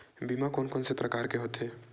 बीमा कोन कोन से प्रकार के होथे?